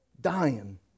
Dying